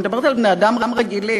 אני מדברת על בני-אדם רגילים.